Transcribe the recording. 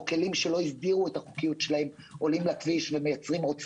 או כלים שלא הסדירו את החוקיות שלהם עולים לכביש ומייצרים עוד סכנות.